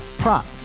prop